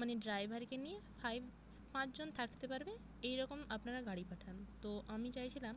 মানে ড্রাইভারকে নিয়ে ফাইভ পাঁচজন থাকতে পারবে এইরকম আপনারা গাড়ি পাঠান তো আমি চাইছিলাম